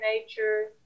nature